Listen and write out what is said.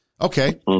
Okay